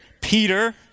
Peter